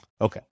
Okay